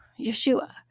Yeshua